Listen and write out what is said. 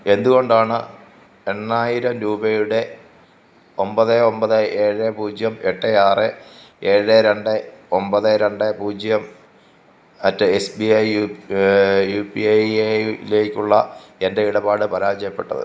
എന്തുകൊണ്ടാണ് എണ്ണായിരം രൂപയുടെ ഒൻപത് ഒൻപത് ഏഴ് പൂജ്യം എട്ട് ആറ് ഏഴ് രണ്ട് ഒൻപത് രണ്ട് പൂജ്യം at S B I U U P I I ഡിയിലേക്കുള്ള എൻ്റെ ഇടപാട് പരാജയപ്പെട്ടത്